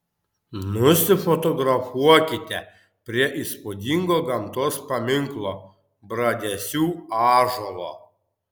nusifotografuokite prie įspūdingo gamtos paminklo bradesių ąžuolo